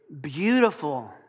beautiful